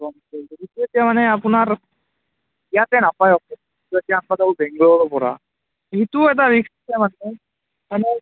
সেইটো এতিয়া মানে আপোনাৰ ইয়াতে নাপায় সেইটো আনবা লাগব বেংগলৰৰপৰা সেইটো এটা ৰিস্ক আছে মানে